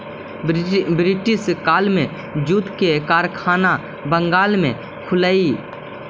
British काल में jute के कारखाना बंगाल में खुललई